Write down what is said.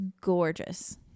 gorgeous